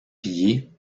pillée